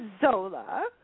Zola